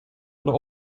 oder